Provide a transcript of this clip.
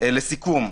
לסיכום,